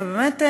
ובאמת,